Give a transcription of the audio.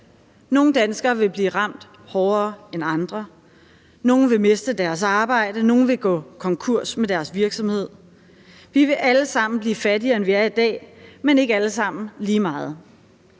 Nogle danskere vil blive ramt hårdere end andre. Nogle vil miste deres arbejde. Nogle vil gå konkurs med deres virksomhed. Vi vil alle sammen blive fattigere, end vi er i dag, men ikke alle sammen lige meget.